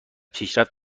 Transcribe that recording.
پیشرفت